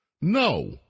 No